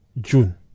june